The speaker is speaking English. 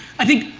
i think,